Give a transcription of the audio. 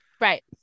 Right